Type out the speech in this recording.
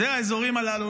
זה האזורים הללו.